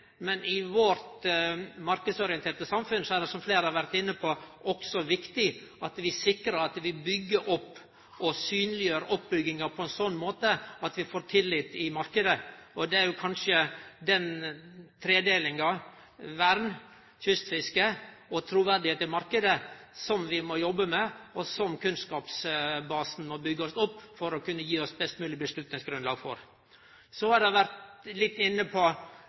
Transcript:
Men i vårt marknadsorienterte samfunn er det – som fleire har vore inne på – også viktig at vi sikrar at vi byggjer opp og synleggjer oppbygginga på ein slik måte at vi får tillit i marknaden. Det er kanskje den tredelinga – vern, kystfiske og truverde i marknaden – som vi må jobbe med, og som kunnskapsbasen må byggjast opp om for å gi oss eit best mogleg avgjerdsgrunnlag. Så har ein vore litt inne på